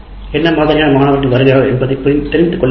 என்ன மாதிரியான மாணவர்கள் வருகிறார்கள் என்பதை தெரிந்துகொள்ள வேண்டும்